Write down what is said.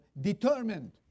determined